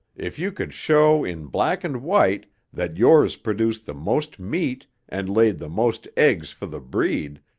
if you could show in black and white that yours produced the most meat and laid the most eggs for the breed,